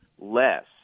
less